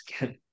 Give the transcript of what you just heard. again